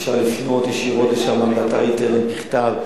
אפשר לפנות ישירות לשם, באתר האינטרנט, בכתב.